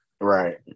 Right